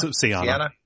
Sienna